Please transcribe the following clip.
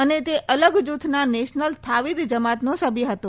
અને તે અલગ જૂથના નેશનલ થાવીદ જમાતનો સભ્ય હતો